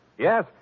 Yes